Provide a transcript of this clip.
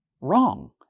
wrong